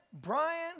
Brian